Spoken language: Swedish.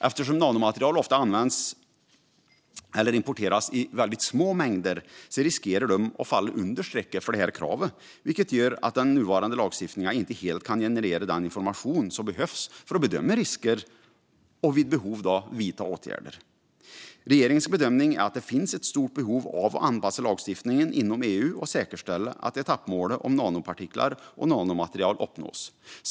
Eftersom nanomaterial ofta används eller importeras i mycket små mängder riskerar de att falla under strecket för detta krav, vilket gör att den nuvarande lagstiftningen inte helt kan generera den information som behövs för att bedöma risker och vid behov vidta åtgärder. Regeringens bedömning är att det finns ett stort behov av att anpassa lagstiftningen inom EU och säkerställa att etappmålet för nanopartiklar och nanomaterial uppnås.